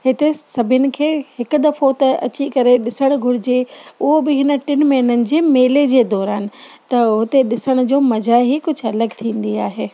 हिते सभिनि खे हिकु दफ़ो त अची करे ॾिसणु घुरिजे उहो बि हिन टिनि महिननि जे मेले जे दौरान त उते ॾिसण जो मज़ा ई कुझु अलॻि थींदी आहे